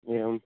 एवं